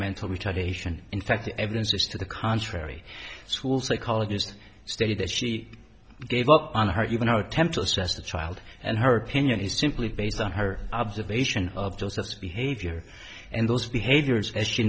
mental retardation in fact the evidence is to the contrary school psychologist stated that she gave up on her even her attempt to assess the child and her opinion is simply based on her observation of joseph's behavior and those behaviors as she